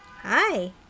Hi